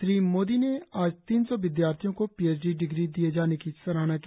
श्री मोदी ने आज तीन सौ विदयार्थियों को पी एच डी डिग्री दिए जाने की सराहना की